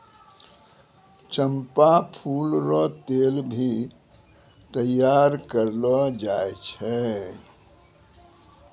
चंपा फूल रो तेल भी तैयार करलो जाय छै